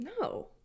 No